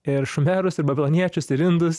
ir šumerus ir babiloniečius ir indus